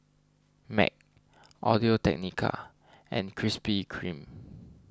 Mac Audio Technica and Krispy Kreme